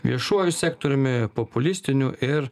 viešuoju sektoriumi populistinių ir